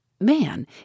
Man